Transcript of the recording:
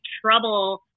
trouble